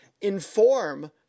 inform